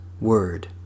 Word